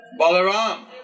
Balaram